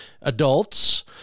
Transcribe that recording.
adults